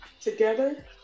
Together